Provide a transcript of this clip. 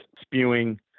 spewing